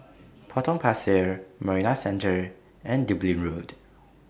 Potong Pasir Marina Centre and Dublin Road